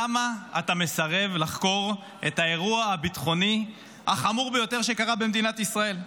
למה אתה מסרב לחקור את האירוע הביטחוני החמור ביותר שקרה במדינת ישראל?